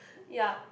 ya